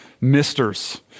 misters